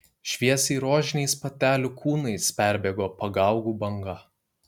šviesiai rožiniais patelių kūnais perbėgo pagaugų banga